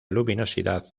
luminosidad